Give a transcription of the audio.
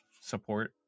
support